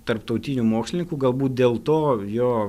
tarptautinių mokslininkų galbūt dėl to jo